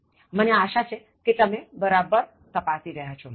મને આશા છે કે તમે બરાબર તપાસી રહ્યા છો